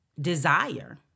desire